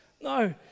No